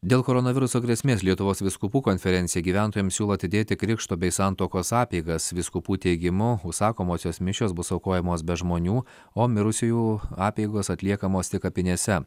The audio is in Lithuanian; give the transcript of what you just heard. dėl koronaviruso grėsmės lietuvos vyskupų konferencija gyventojams siūlo atidėti krikšto bei santuokos apeigas vyskupų teigimu užsakomosios mišios bus aukojamos be žmonių o mirusiųjų apeigos atliekamos tik kapinėse